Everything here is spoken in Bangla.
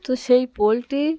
তো সেই পোলট্রি